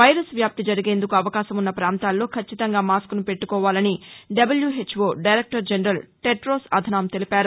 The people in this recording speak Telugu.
వైరస్ వ్యాప్తి జరిగేందుకు అవకాశమున్న పాంతాల్లో కచ్చితంగా మాస్క్ను పెట్లుకోవాలని WHO director general Tedros Adhanom తెలిపారు